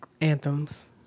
anthems